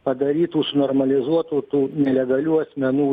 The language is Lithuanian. padarytų sunormalizuotų tų nelegalių asmenų